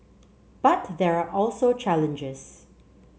but there are also challenges